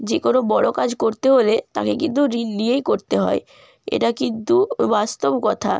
যে কোনো বড় কাজ করতে হলে তাকে কিন্তু ঋণ নিয়েই করতে হয় এটা কিন্তু বাস্তব কথা